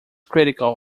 critical